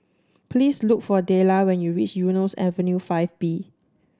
please look for Delia when you reach Eunos Avenue Five B